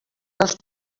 els